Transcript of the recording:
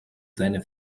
seine